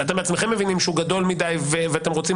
שאתם בעצמכם מבינים שהוא גדול מדי ואתם רוצים